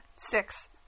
Six